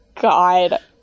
God